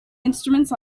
instruments